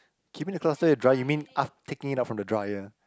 keeping the clothes dry you mean af~ taking it out from the dryer